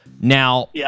Now